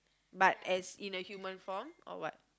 but as in a human form or what